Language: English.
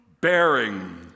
Bearing